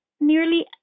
nearly